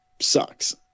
sucks